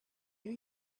you